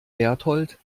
bertold